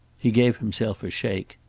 he gave himself a shake.